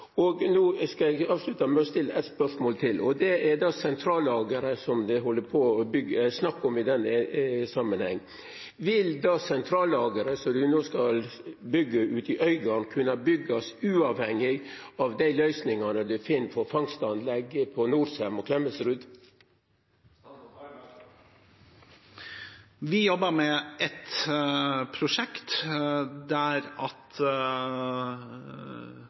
No skal eg avslutta med å stilla eit spørsmål til, og det gjeld det sentrallageret som ein snakkar om i den samanhengen: Vil det sentrallageret som no skal byggjast ute i Øygarden, kunna byggjast uavhengig av dei løysingane ein finn for fangstanlegg på Norcem og Klemetsrud? Vi jobber med ett prosjekt,